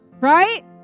right